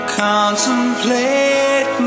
contemplate